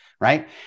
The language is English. Right